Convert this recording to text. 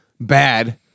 bad